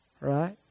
Right